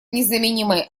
незаменимой